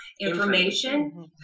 information